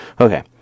okay